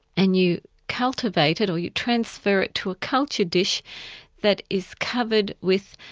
and you cultivate it, or you transfer it to a culture dish that is covered with,